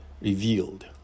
revealed